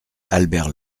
albert